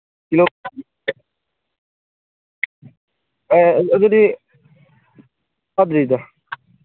ꯑꯦ ꯑꯗꯨꯗꯤ